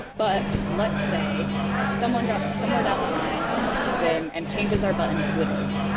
but let's say someone somewhere down the line, someone comes in and changes our button to a div.